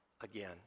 again